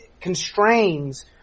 constrains